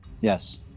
Yes